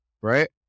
right